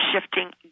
shifting